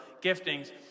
giftings